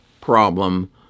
problem